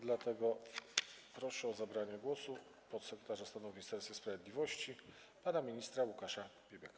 Dlatego proszę o zabranie głosu podsekretarza stanu w Ministerstwie Sprawiedliwości pana ministra Łukasza Piebiaka.